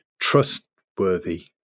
trustworthy